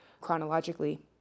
chronologically